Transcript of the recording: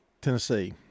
Tennessee